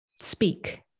speak